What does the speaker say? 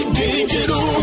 digital